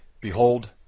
Behold